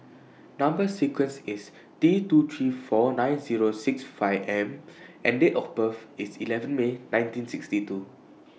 Number sequence IS T two three four nine Zero six five M and Date of birth IS eleven May nineteen sixty two